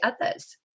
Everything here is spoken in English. others